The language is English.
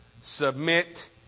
Submit